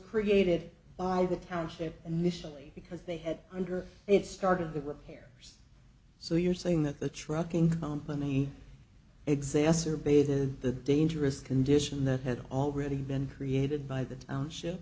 created by the township and mission because they had under it started the repair so you're saying that the trucking company exacerbated the dangerous condition that had already been created by the township